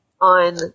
on